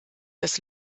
des